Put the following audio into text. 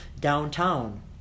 downtown